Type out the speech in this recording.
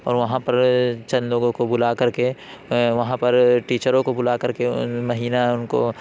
اور وہاں پر چند لوگوں کو بلا کر کے وہاں پر ٹیچروں کو بلا کر کے مہینہ ان کو